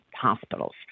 hospitals